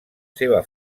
seva